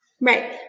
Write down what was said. Right